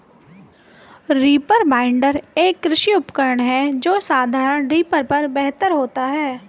reaper binder, एक कृषि उपकरण है जो साधारण रीपर पर बेहतर होता है